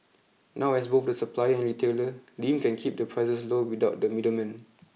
now as both the supplier and retailer Lin can keep the prices low without the middleman